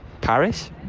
Paris